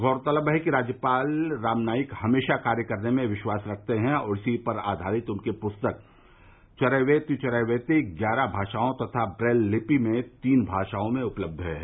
गौरतलब है कि राज्यपाल राम नाईक हमेशा कार्य करने में विश्वास रखते हैं और इसी पर आघारित उनकी पुस्तक चरैवेति चरैवेति इग्यारह भाषाओं तथा ब्रेल लिपि में ती भाषाओं में उपलब्ध है